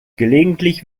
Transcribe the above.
gelegentlich